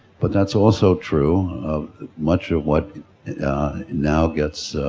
but that's also true of much of what now gets